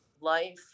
life